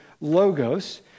logos